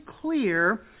clear